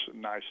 nice